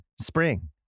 Spring